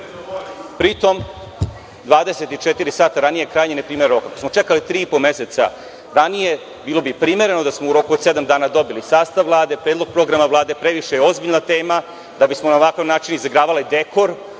pri tome 24 sata ranije je krajnje neprimeren rok. Ako smo čekali tri i po meseca ranije, bilo bi primereno da smo u roku od sedam dana dobili sastav Vlade, predlog programa Vlade. Previše je ozbiljna tema da bismo na ovakav način izigravali dekor.